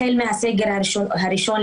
החל מהסגר הראשון,